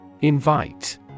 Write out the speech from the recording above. Invite